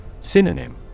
Synonym